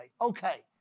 Okay